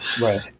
right